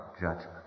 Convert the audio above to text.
judgment